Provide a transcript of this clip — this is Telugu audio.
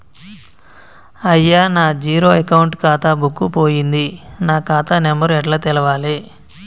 అయ్యా నా జీరో అకౌంట్ ఖాతా బుక్కు పోయింది నా ఖాతా నెంబరు ఎట్ల తెలవాలే?